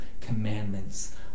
commandments